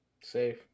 Safe